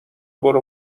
برو